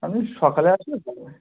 আপনি সকালে আসলে ভালো হয়